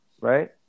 right